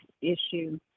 issue